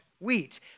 Wheat